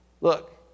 Look